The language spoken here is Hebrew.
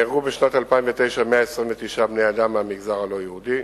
בשנת 2009 נהרגו 129 בני-אדם מהמגזר הלא-יהודי.